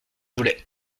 voulais